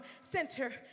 center